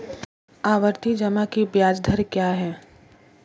आवर्ती जमा की ब्याज दर क्या है?